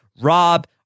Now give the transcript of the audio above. Rob